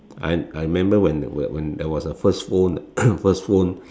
I I remember when when when when there was a first phone first phone